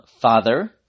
father